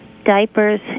diapers